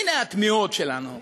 והנה התמיהות שלנו.